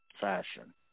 fashion